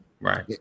Right